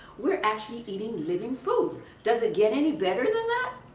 we're actually eating living foods. does it get any better than that?